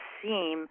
seem